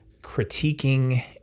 critiquing